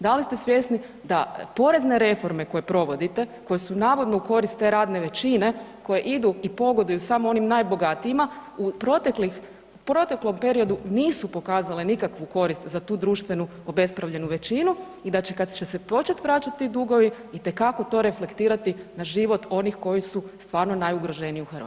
Da li se svjesni da porezne reforme koje provodite koje su navodno u korist te radne većine koje idu i pogoduju samo onim najbogatijima u proteklom periodu nisu pokazale nikakvu korist za tu društvenu obespravljenu većinu i da će kada će se početi vraćati dugovi itekako to reflektirati na život oni koji su stvarno najugroženiji u Hrvatskoj?